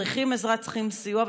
צריכים עזרה וצריכים סיוע.